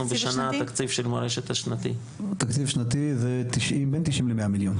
התקציב השנתי זה בין תשעים למאה מיליון.